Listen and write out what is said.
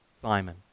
Simon